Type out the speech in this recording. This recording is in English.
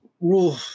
rule